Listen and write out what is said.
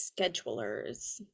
schedulers